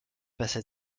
passa